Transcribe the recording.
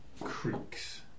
creaks